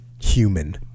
human